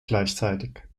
gleichzeitig